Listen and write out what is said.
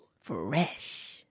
fresh